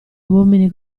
uomini